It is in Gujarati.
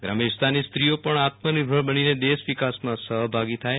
ગ્રામ્ય વિસ્તારની સ્ત્રીઓ પણ આત્મનિર્ભર બનીને દેશ વિકાસમાં સહભાગી થાય